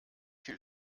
viel